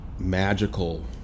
Magical